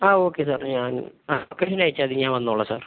ആ okay sir ഞാൻ ആ പിന്നെ അയച്ചാൽ മതി ഞാൻ വന്നോളാം സാർ